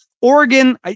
Oregon